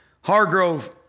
Hargrove